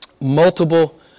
multiple